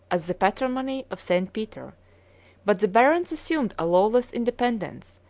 as the patrimony of st. peter but the barons assumed a lawless independence,